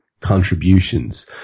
contributions